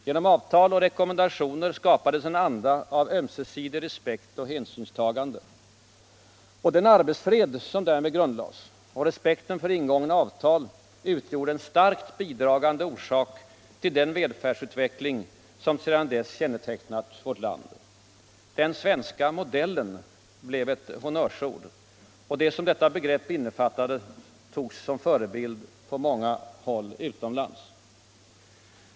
Genom avtal och rekommendationer skapades en anda av ömsesidig respekt och hänsynstagande. Den arbetsfred som därmed grundlades och respekten för ingångna avtal utgjorde en starkt bidragande orsak till den välfärdsutveckling som sedan dess kännetecknat vårt land. Den ”svenska modellen” blev ett honnörsord. Det som detta begrepp innefattade togs som förebild på många håll utomlands.